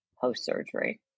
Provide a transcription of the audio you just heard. post-surgery